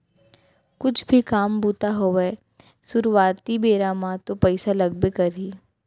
कुछु भी काम बूता होवय सुरुवाती बेरा म तो पइसा लगबे करही